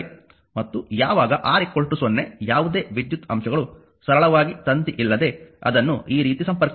ಮತ್ತು ಯಾವಾಗ R 0 ಯಾವುದೇ ವಿದ್ಯುತ್ ಅಂಶಗಳು ಸರಳವಾಗಿ ತಂತಿ ಇಲ್ಲದೆ ಅದನ್ನು ಈ ರೀತಿ ಸಂಪರ್ಕಿಸಿ